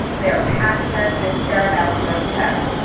they are passionate and care about georgia tech,